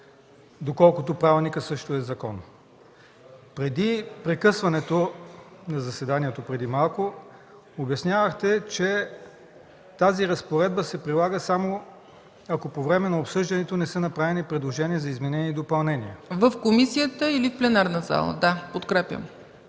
доколкото правилникът също е закон. Преди прекъсването на заседанието преди малко обяснявахте, че тази разпоредба се прилага само, ако по време на обсъждането не са направени предложения за изменения и допълнения. ПРЕДСЕДАТЕЛ ЦЕЦКА ЦАЧЕВА: В комисията или в пленарната зала? Да, подкрепям.